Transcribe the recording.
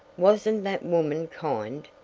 wasn't that woman kind?